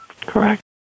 Correct